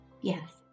Yes